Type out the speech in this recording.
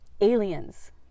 aliens